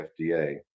FDA